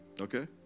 Okay